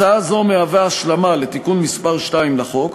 הצעה זו מהווה השלמה לתיקון מס' 2 לחוק,